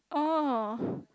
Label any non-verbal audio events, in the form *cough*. oh *breath*